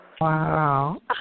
Wow